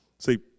See